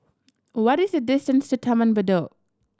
what is the distance to Taman Bedok